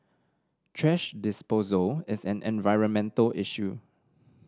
thrash disposal is an environmental issue